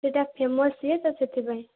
ସେଇଟା ଫେମସ୍ ହୁଏ ତ ସେଇଥିପାଇଁ